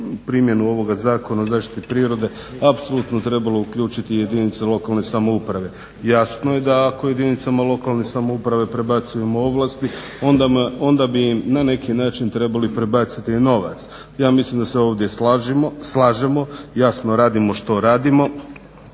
primjenu ovoga Zakona o zaštiti prirode apsolutno trebalo uključiti i jedinice lokalne samouprave. Jasno je da ako jedinicama lokalne samouprave prebacujemo ovlasti onda bi im na neki način trebali prebaciti i novac. Ja mislim da se ovdje slažemo, jasno radimo što radimo.